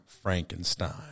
frankenstein